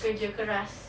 kerja keras